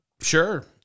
Sure